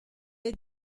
est